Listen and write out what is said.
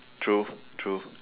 true true